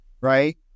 right